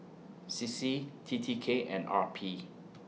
C C T T K and R P